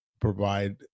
provide